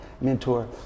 mentor